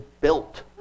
built